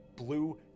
blue